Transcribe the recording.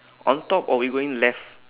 on top or we going left